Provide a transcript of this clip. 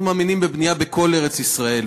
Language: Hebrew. אנחנו מאמינים בבנייה בכל ארץ-ישראל,